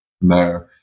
No